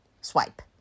Swipe